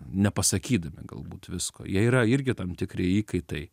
nepasakydami galbūt visko jie yra irgi tam tikri įkaitai